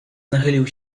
nachylił